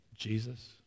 Jesus